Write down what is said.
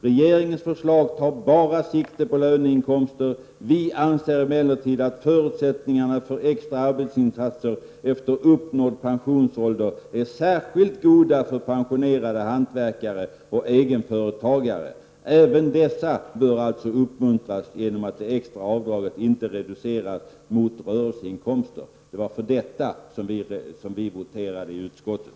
Regeringens förslag tar bara sikte på löneinkomster. Vi anser emellertid att förutsättningarna för extra arbetsinsatser efter uppnådd pensionsålder är särskilt goda för pensionerade hantverkare och egenföretagare. Även dessa bör alltså uppmuntras genom att det extra avdraget inte reduceras mot rörelseinkomster. Det var detta vi röstade för vid voteringen i utskottet.